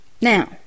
now